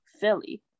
Philly